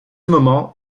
moment